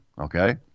okay